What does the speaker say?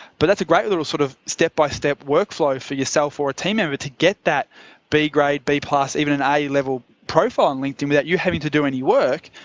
but that's a great little sort of step-by-step workflow for yourself or a team member to get that b grade, b, even an a level profile on linkedin without you having to do any work.